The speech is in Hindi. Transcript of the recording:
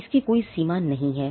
इसकी कोई सीमा नहीं है